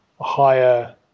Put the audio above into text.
higher